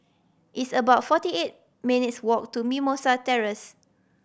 it's about forty eight minutes' walk to Mimosa Terrace